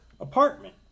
apartment